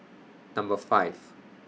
Number five